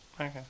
Okay